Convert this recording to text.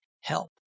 help